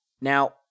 Now